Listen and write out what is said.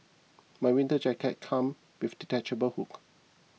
my winter jacket came with a detachable hood